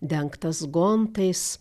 dengtas gontais